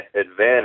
advantage